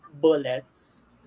bullets